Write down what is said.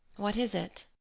what is it?